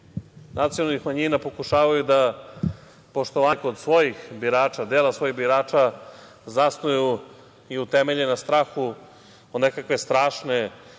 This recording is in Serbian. nacionalnih manjina pokušavaju da poštovanje kod svojih birača, dela svojih birača zasnuju i utemelje na strahu od nekakve strašne